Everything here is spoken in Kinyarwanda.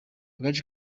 agace